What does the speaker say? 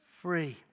free